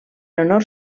honor